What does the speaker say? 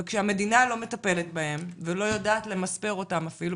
וכשהמדינה לא מטפלת בהם ולא יודעת למספר אותם אפילו,